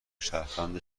شهروند